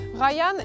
Ryan